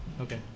Okay